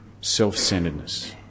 self-centeredness